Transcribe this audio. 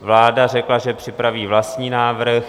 Vláda řekla, že připraví vlastní návrh.